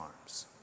arms